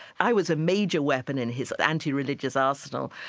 i was a major weapon in his anti-religious arsenal.